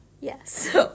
Yes